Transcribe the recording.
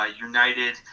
united